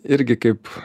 irgi kaip